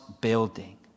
building